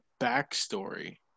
backstory